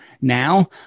now